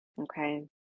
okay